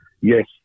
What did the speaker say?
Yes